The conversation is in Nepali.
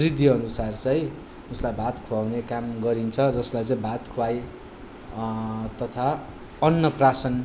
वृद्धि अनुसार चाहिँ उसलाई भात खुवाउने काम गरिन्छ जसलाई चाहिँ भात ख्वाइ तथा अन्नप्राशन